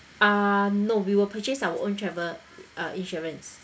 uh no we will purchase our own travel uh insurance